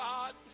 God